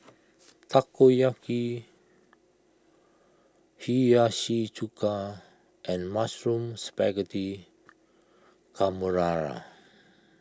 Takoyaki Hiyashi Chuka and Mushroom Spaghetti Carbonara